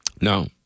No